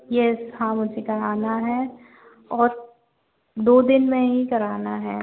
yes हाँ मुझे कराना है और दो दिन में ही कराना है